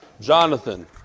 Jonathan